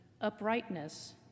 uprightness